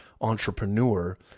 entrepreneur